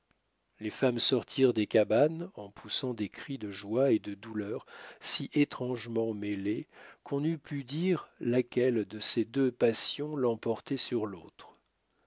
les femmes sortirent des cabanes en poussant des cris de joie et de douleur si étrangement mêlés qu'on n'eût pu dire laquelle de ces deux passions l'emportait sur l'autre